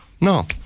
No